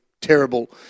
terrible